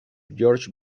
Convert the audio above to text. george